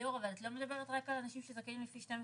אבל את לא מדברת רק על אנשים שזכאים לפי 12ב'?